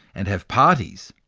and have parties.